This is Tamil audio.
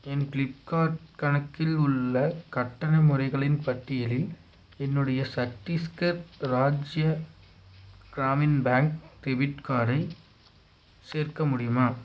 என் ஃப்ளிப்கார்ட் கணக்கில் உள்ள கட்டண முறைகளின் பட்டியலில் என்னுடைய சட்டிஸ்கர் ராஜ்ய கிராமின் பேங்க் டெபிட் கார்டை சேர்க்க முடியுமா